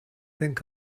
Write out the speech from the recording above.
think